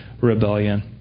rebellion